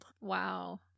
Wow